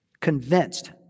convinced